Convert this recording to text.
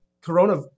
Corona